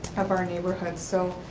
of our neighborhood. so